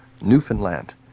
Newfoundland